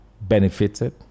benefited